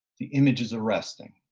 the image is arresting.